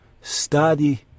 study